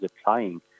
applying